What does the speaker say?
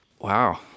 Wow